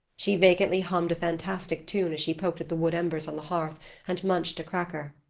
she vacantly hummed a fantastic tune as she poked at the wood embers on the hearth and munched a cracker.